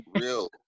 Real